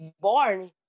born